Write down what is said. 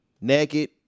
naked